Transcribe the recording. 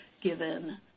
given